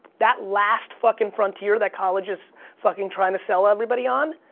that last fucking frontier that college is fucking trying to sell everybody on,